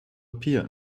appear